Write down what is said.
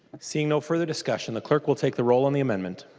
seeing no further discussion the clerk will take the roll on the amendment.